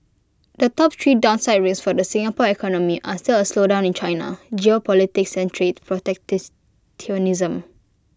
the top three downside risks for the Singapore economy are still A slowdown in China geopolitics and trade